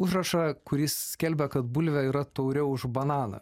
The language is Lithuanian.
užrašą kuris skelbia kad bulvė yra tauriau už bananą